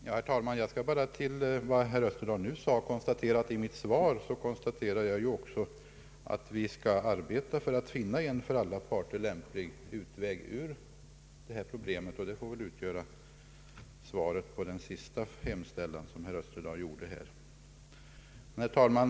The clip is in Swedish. Herr talman! Jag vill med hänvisning till vad herr Österdahl nu sade nämna att jag i mitt svar framhöll att vi skall arbeta för att finna en för alla parter lämplig utväg ur detta problem, och det får utgöra svaret på herr Österdahls senaste hemställan.